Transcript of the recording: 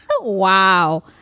Wow